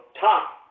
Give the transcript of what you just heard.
top